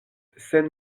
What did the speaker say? sed